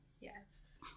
Yes